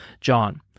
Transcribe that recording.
John